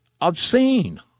obscene